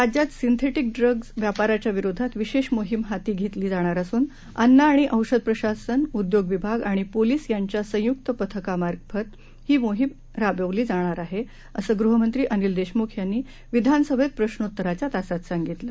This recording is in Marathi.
राज्यात सिंथेटीक ड्रग्ज व्यापाराच्या विरोधात विशेष मोहीम हाती घेतली जाणार असून अन्न आणि औषध प्रशासन उद्योग विभाग आणि पोलीस यांच्या संयुक्त पथकांमार्फत ही मोहीम राबविली जाईल असं गृहमंत्री अनिल देशमुख यांनी विधानसभेत प्रश्नोत्तराच्या तासात सांगितलं